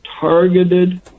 targeted